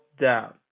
down